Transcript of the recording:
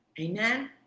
Amen